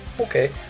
okay